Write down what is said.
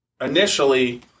initially